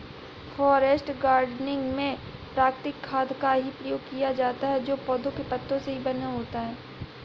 forest gardening में प्राकृतिक खाद का ही प्रयोग किया जाता है जो पौधों के पत्तों से ही बना होता है